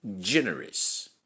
generous